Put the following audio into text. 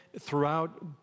throughout